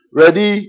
ready